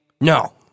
No